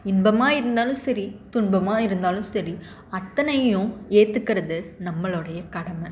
இன்பமாக இருந்தாலும் சரி துன்பமாக இருந்தாலும் சரி அத்தனையும் ஏற்றுக்கறது நம்மளோடய கடமை